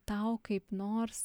tau kaip nors